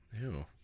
Ew